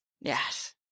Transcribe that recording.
Yes